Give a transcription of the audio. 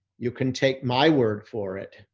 you can take my word for it,